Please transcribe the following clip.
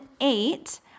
eight